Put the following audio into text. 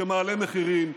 שמעלה מחירים,